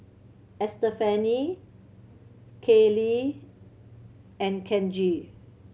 Estefani Kayley and Kenji